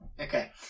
Okay